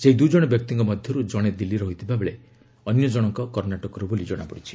ସେହି ଦୁଇ ଜଣ ବ୍ୟକ୍ତିଙ୍କ ମଧ୍ୟରୁ ଜଣେ ଦିଲ୍ଲୀର ହୋଇଥିବାବେଳେ ଅନ୍ୟ ଜଣକ କଣ୍ଣେଟକରୁ ବୋଲି ଜଣାପଡ଼ିଛି